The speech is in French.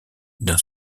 d’un